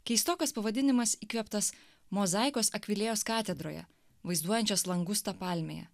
keistokas pavadinimas įkvėptas mozaikos akvilėjos katedroje vaizduojančios langustą palmėje